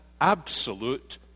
absolute